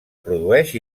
produeix